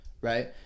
right